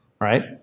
Right